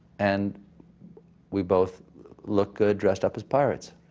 and we both look good dressed up as pirates.